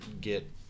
get